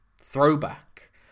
throwback